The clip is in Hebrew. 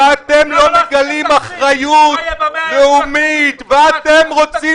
שאתם לא מגלים אחריות לאומית ואתם רוצים